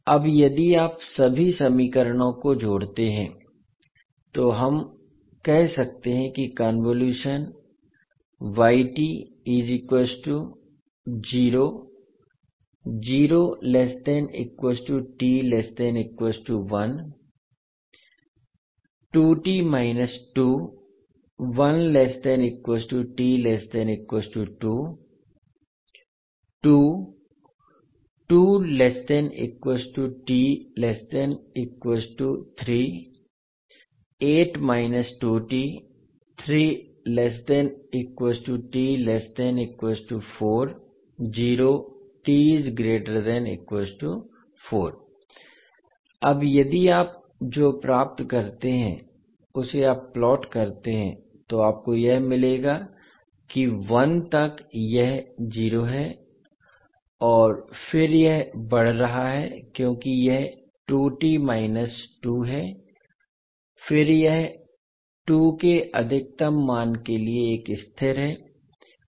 अब यदि आप सभी समीकरणों को जोड़ते हैं तो हम कह सकते हैं कि कन्वोलुशन अब यदि आप जो प्राप्त करते हैं उसे आप प्लॉट करते हैं तो आपको यह मिलेगा कि 1 तक यह 0 है और फिर यह बढ़ रहा है क्योंकि यह है फिर यह 2 के अधिकतम मान के साथ एक स्थिर है